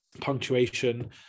punctuation